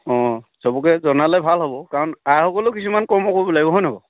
অঁ সবকে জনালে ভাল হ'ব কাৰণ আইসকলেও কিছুমান কৰ্ম কৰিব লাগিব হয়নে বাৰু